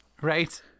Right